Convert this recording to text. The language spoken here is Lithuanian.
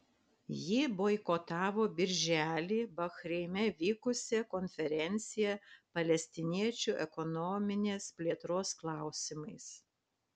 ji boikotavo birželį bahreine vykusią konferenciją palestiniečių ekonominės plėtros klausimais